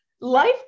life